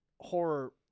horror